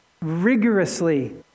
Rigorously